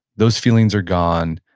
those feelings are gone.